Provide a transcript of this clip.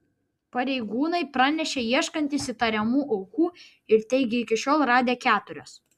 pareigūnai pranešė ieškantys įtariamų aukų ir teigė iki šiol radę keturias